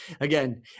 Again